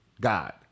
God